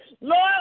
Lord